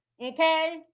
Okay